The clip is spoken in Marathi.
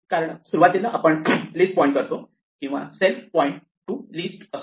कारण सुरुवातीला आपण लिस्ट पॉईंट करतो किंवा सेल्फ पॉईंट टू लिस्ट असतो